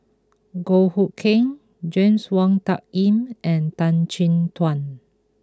Goh Hood Keng James Wong Tuck Yim and Tan Chin Tuan